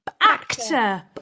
actor